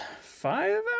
five